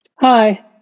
hi